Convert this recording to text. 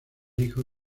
hijo